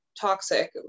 toxic